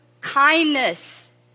kindness